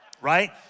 Right